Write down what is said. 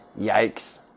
Yikes